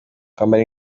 kwambara